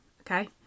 okay